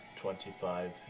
Twenty-five